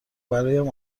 برایم